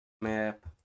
map